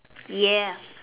ya